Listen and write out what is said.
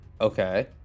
Okay